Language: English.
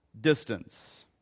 distance